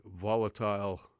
volatile